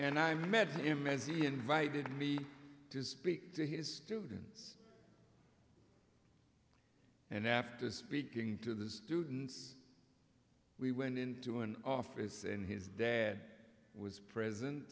and i met him as he invited me to speak to his students and after speaking to the students we went into an office and his dad was present